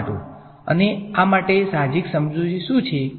અને આ માટે સાહજિક સમજૂતી શું છે